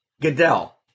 Goodell